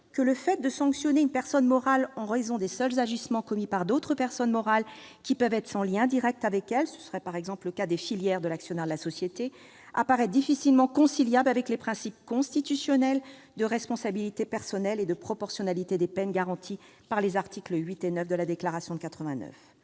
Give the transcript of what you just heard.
que « le fait de sanctionner une personne morale en raison des seuls agissements commis par d'autres personnes morales, qui peuvent être sans lien direct avec elle », ce qui serait le cas, par exemple, des filiales de l'actionnaire de la société, « apparaît difficilement conciliable avec les principes constitutionnels de responsabilité personnelle et de personnalité des peines, garantis par les articles VIII et IX de la Déclaration de 1789 ».